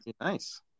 nice